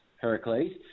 Heracles